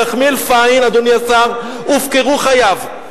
ירחמיאל פיין, אדוני השר, הופקרו חייו.